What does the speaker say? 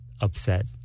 upset